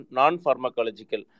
non-pharmacological